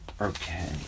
okay